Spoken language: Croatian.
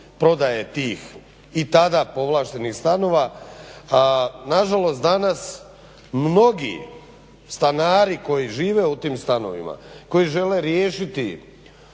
prodaje tih i tada povlaštenih stanova. Nažalost, danas mnogi stanari koji žive u tim stanovima, koji žele riješiti